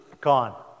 gone